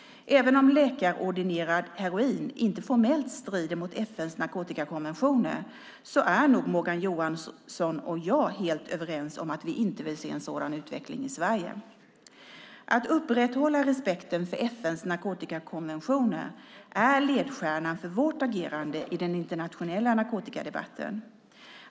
Även om läkarordinerat heroin inte formellt strider mot FN:s narkotikakonventioner är nog Morgan Johansson och jag helt överens om att vi inte vill se en sådan utveckling i Sverige. Att upprätthålla respekten för FN:s narkotikakonventioner är ledstjärnan för vårt agerande i den internationella narkotikadebatten.